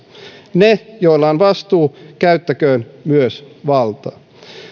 ne joilla on vastuu käyttäkööt myös valtaa